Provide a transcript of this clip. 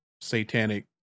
satanic